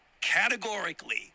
categorically